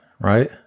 right